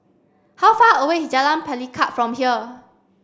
how far away is Jalan Pelikat from here